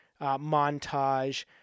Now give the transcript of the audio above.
montage